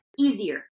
easier